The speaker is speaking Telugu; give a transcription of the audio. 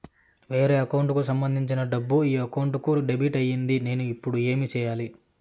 వేరే అకౌంట్ కు సంబంధించిన డబ్బు ఈ అకౌంట్ కు డెబిట్ అయింది నేను ఇప్పుడు ఏమి సేయాలి